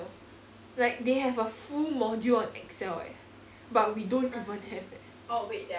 like they have a full module on excel eh but we don't even have eh